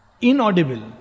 Inaudible